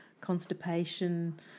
constipation